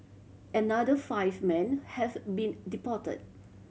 another five men have been deported